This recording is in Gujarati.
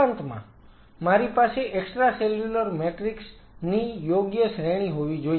ઉપરાંતમાં મારી પાસે extracellular matrix extracellular matrix ECM ની યોગ્ય શ્રેણી હોવી જોઈએ